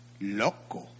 loco